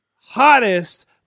hottest